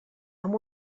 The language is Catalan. amb